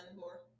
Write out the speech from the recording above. more